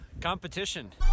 competition